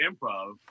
improv